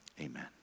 amen